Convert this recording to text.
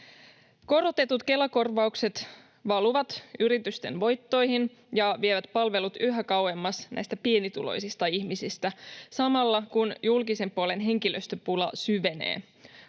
Korotetut Kela-korvaukset valuvat yritysten voittoihin ja vievät palvelut yhä kauemmas näistä pienituloisista ihmisistä samalla, kun julkisen puolen henkilöstöpula syvenee.